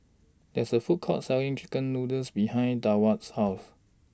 There IS A Food Court Selling Chicken Noodles behind Deward's House